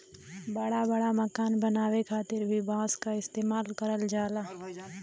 बड़ा बड़ा मकान बनावे खातिर भी बांस क इस्तेमाल करल जाला